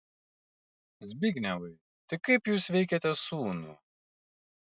zbignevai tai kaip jūs veikiate sūnų